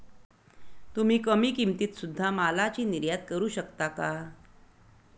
तुम्ही कमी किमतीत सुध्दा मालाची निर्यात करू शकता का